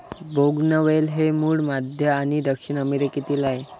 बोगनवेल हे मूळ मध्य आणि दक्षिण अमेरिकेतील आहे